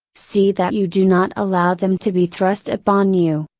see that you do not allow them to be thrust upon you.